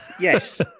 Yes